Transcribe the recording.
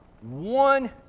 one